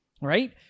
right